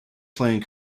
playing